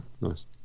nice